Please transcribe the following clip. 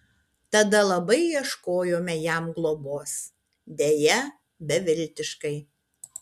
tada labai ieškojome jam globos deja beviltiškai